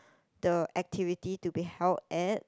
the activity to be held at